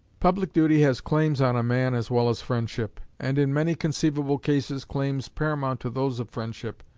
public duty has claims on a man as well as friendship, and in many conceivable cases claims paramount to those of friendship.